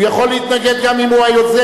הוא יכול להתנגד גם אם הוא היוזם,